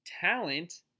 talent